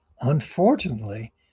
unfortunately